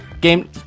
Game